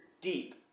deep